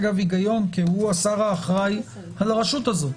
יש פה היגיון כי הוא השר האחראי על הרשות הזו.